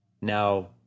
Now